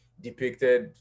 depicted